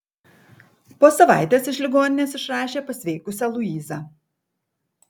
po savaitės iš ligoninės išrašė pasveikusią luizą